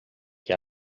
que